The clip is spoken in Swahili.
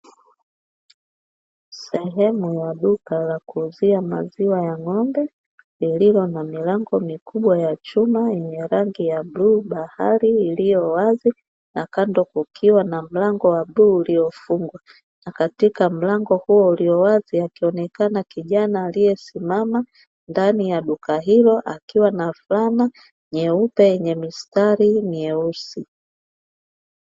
Sehemu ya duka la kuuzia maziwa ya ng'ombe lililo na milango mikubwa ya chuma yenye rangi ya bluu bahari iliyo wazi, na kando kukiwa na mlango wa bluu uliofungwa na katika mlango huo ulio wazi akionekana kijana aliyesimama ndani ya duka hilo akiwa na flana nyeupe yenye mistari myeusi.